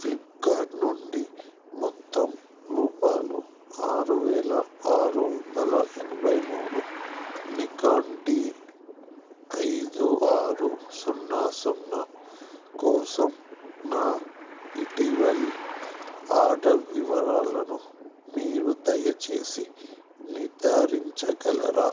Flipkart నుండి మొత్తం రూపాయలు ఆరు వేల ఆరు వందల ఎనభై మూడు నికాన్ డీ ఐదు ఆరు సున్నా సున్నా కోసం నా ఇటీవలి ఆర్డర్ వివరాలను మీరు దయచేసి నిర్ధారించగలరా